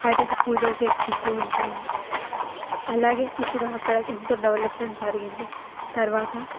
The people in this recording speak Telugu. ఆయనకు పూజలు చేసుకుంటూ ఉంటాము అలాగే ఇప్పుడు అక్కడ ఎంతో డెవలప్మెంట్ జరిగింది తర్వాత